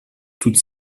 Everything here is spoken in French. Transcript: toutes